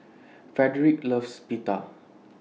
Frederick loves Pita